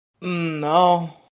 no